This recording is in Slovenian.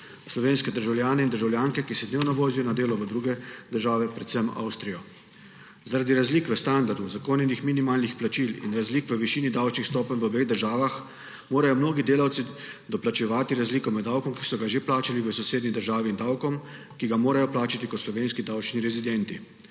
slovenske državljane in državljanke, ki se dnevno vozijo na delo v druge države, predvsem v Avstrijo. Zaradi razlik v standardu, uzakonjenih minimalnih plačilih in razlik v višini davčnih stopenj v obeh državah morajo mnogi delavci doplačevati razliko med davkom, ki so ga že plačali v sosednji državi, in davkom, ki ga morajo plačati kot slovenski davčni rezidenti.